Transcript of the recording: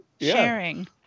sharing